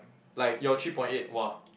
like your three point eight !wah!